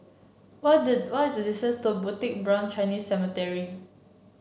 what the what is the to Bukit Brown Chinese Cemetery